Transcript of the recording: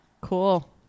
Cool